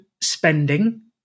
spending